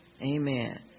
Amen